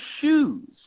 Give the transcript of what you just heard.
shoes